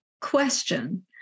question